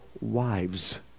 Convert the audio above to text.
wives